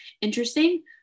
interesting